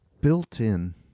built-in